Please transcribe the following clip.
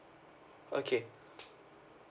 okay